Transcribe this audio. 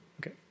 okay